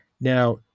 Now